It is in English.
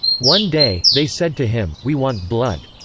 one day, they said to him we want blood.